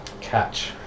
catch